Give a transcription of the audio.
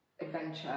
adventure